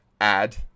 add